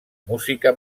música